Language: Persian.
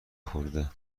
خورده